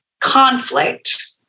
conflict